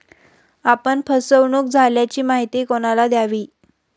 आपण फसवणुक झाल्याची माहिती कोणाला द्यावी?